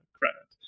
credit